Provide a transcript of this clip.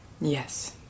Yes